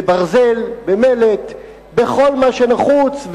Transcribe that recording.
בברזל, במלט ובכל מה שנחוץ.